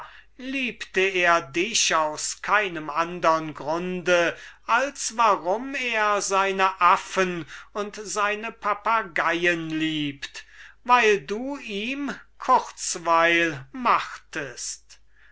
liebte er dich aus keinem andern grunde als warum er seinen affen und seine papageien liebt weil du ihm kurzweil machtest